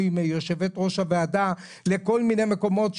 עם יושבת ראש הוועדה לכל מיני מקומות.